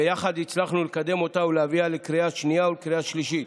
ויחד הצלחנו לקדם אותה ולהביאה לקריאה שנייה ולקריאה שלישית,